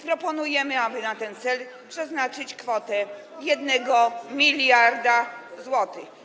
Proponujemy, aby na ten cel przeznaczyć kwotę 1 mld zł.